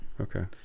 Okay